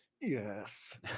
Yes